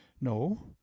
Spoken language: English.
no